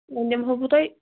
دِمہَو بہٕ تۄہہِ